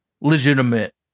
legitimate